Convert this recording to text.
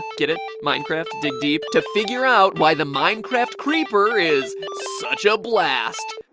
get it? minecraft, dig deep? to figure out why the minecraft creeper is such a blast.